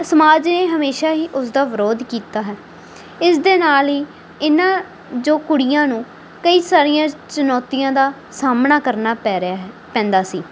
ਸਮਾਜ ਨੇ ਹਮੇਸ਼ਾ ਹੀ ਉਸਦਾ ਵਿਰੋਧ ਕੀਤਾ ਹੈ ਇਸਦੇ ਨਾਲ ਈ ਇਨ੍ਹਾਂ ਜੋ ਕੁੜੀਆਂ ਨੂੰ ਕਈ ਸਾਰੀਆਂ ਚੁਣੌਤੀਆਂ ਦਾ ਸਾਮਣਾ ਕਰਨਾ ਪੈ ਰਿਹਾ ਹੈ ਪੈਂਦਾ ਸੀ